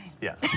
Yes